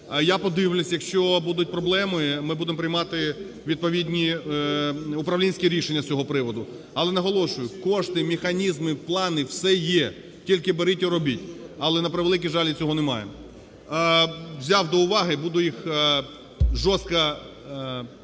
Я подивлюсь, якщо будуть проблеми, ми будемо приймати відповідні управлінські рішення з цього приводу. Але наголошую: кошти, механізми, плани – все є, тільки беріть і робіть. Але, на превеликий жаль, і цього немає. Взяв до уваги, буду їх жорстко…Знаете,